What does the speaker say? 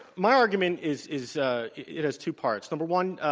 my argument is is it has two parts. number one,